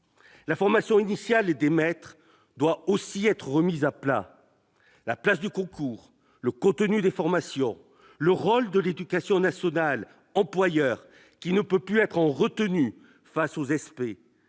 La formation initiale des maîtres doit aussi être remise à plat : place du concours, contenu des formations, rôle de l'éducation nationale employeur, qui ne peut plus être en retenue face aux